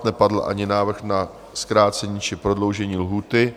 Nepadl ani návrh na zkrácení či prodloužení lhůty.